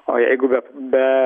o jeigu be be